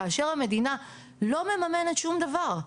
כאשר המדינה לא ממנת שום דבר,